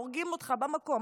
הורגים אותך במקום.